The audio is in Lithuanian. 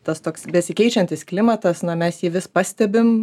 tas toks besikeičiantis klimatas na mes jį vis pastebim